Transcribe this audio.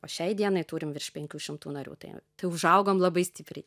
o šiai dienai turim virš penkių šimtų narių tai tai užaugom labai stipriai